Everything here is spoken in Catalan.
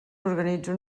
organitza